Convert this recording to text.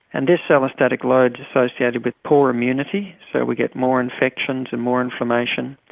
and this allostatic load is associated with poor immunity, so we get more infections and more inflammation.